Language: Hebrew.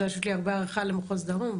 יש לי הרבה הערכה למחוז דרום,